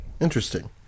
Interesting